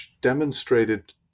demonstrated